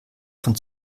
von